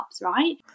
right